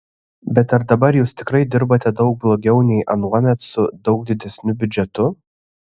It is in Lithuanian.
bet ar dabar jūs tikrai dirbate daug blogiau nei anuomet su daug didesniu biudžetu